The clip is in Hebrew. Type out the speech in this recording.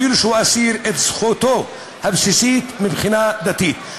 אפילו שהוא אסיר, את זכותו הבסיסית מבחינה דתית.